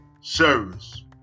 service